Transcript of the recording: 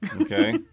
Okay